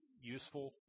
useful